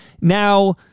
Now